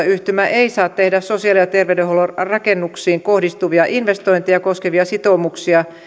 ei saa tehdä sosiaali ja terveydenhuollon rakennuksiin kohdistuvia investointeja koskevia sitoumuksia